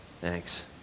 Thanks